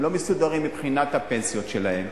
הם לא מסודרים מבחינת הפנסיות שלהם,